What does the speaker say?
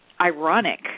ironic